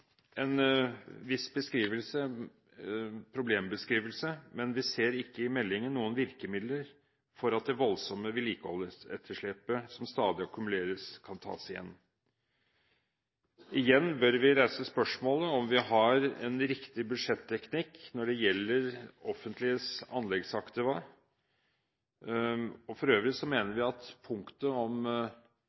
en viss problembeskrivelse, men vi ser ikke i meldingen noen virkemidler for at det voldsomme vedlikeholdsetterslepet, som stadig akkumuleres, kan tas igjen. Igjen bør vi reise spørsmålet om vi har en riktig budsjetteknikk når det gjelder det offentliges anleggsaktiva. For øvrig mener vi at punktet om